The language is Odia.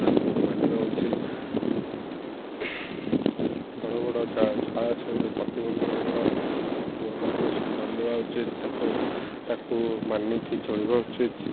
ସାବଧାନକୁ ମାନିବା ଉଚିତ୍ ବଡ଼ ବଡ଼ ଜଳାଶୟରେ ପ୍ରତିବନ୍ଧକ ପ୍ରତିବନ୍ଧକ ଉଚିତ ତାକୁ ତାକୁ ମାନିକି ଚଳିବା ଉଚିତ